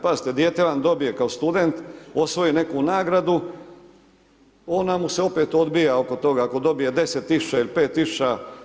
Pazite, dijete vam dobije kao student, osvoji neku nagradu, ona mu se opet odbija oko toga ako dobije 5 tisuća ili 10 tisuća.